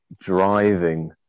driving